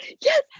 yes